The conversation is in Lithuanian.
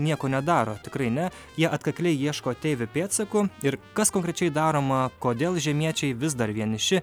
nieko nedaro tikrai ne jie atkakliai ieško ateivių pėdsakų ir kas konkrečiai daroma kodėl žemiečiai vis dar vieniši